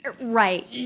Right